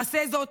עשה זאת,